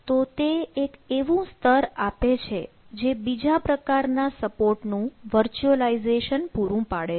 તો તે એક એવું સ્તર આપે છે જે બીજા પ્રકારના સપોર્ટ નું વર્ચ્યુઅલાઈઝેશન પૂરું પાડે છે